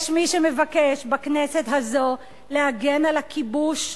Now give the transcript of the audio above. יש מי שמבקש בכנסת הזו להגן על הכיבוש,